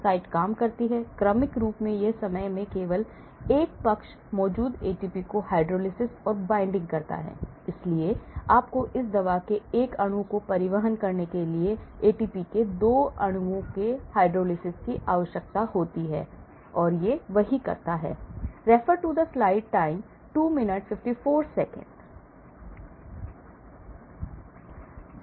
site काम करती है क्रमिक रूप से एक समय में केवल एक पक्ष मौजूद एटीपी को हाइड्रोलिसिस or binding करता है इसलिए आपको इस दवा के एक अणु को परिवहन करने के लिए एटीपी के 2 अणुओं के हाइड्रोलिसिस की आवश्यकता होती है इसलिए यह वही करता है